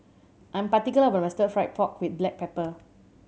I am particular about my Stir Fried Pork With Black Pepper